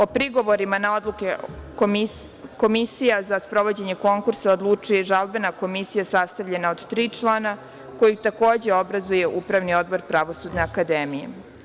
O prigovorima na odluke Komisije za sprovođenje konkursa odlučuje žalbena komisija sastavljena od tri člana koje takođe obrazuje upravni odbor Pravosudne akademije.